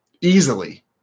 easily